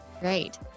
Great